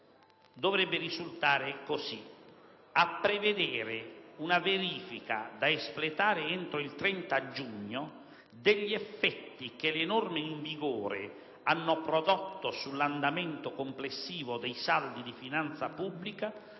scorso dalla Camera; a prevedere, una verifica, da espletare entro il 30 giugno, degli effetti che le norme in vigore hanno prodotto sull'andamento complessivo dei saldi di finanza pubblica,